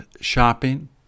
shopping